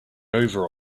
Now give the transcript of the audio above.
over